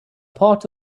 part